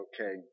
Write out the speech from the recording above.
okay